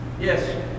Yes